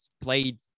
played